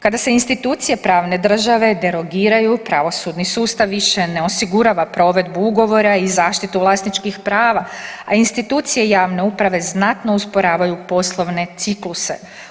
Kada se institucije pravne države derogiraju pravosudni sustav više ne osigurava provedbu ugovora i zaštitu vlasničkih prava, a institucije javne uprave znatno usporavaju poslovne cikluse.